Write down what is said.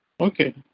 Okay